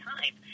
Time